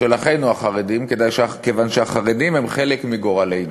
של אחינו החרדים כיוון שהחרדים הם חלק מגורלנו,